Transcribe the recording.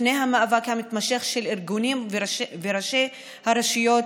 לפני המאבק המתמשך של הארגונים וראשי הרשויות,